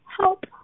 help